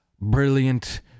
brilliant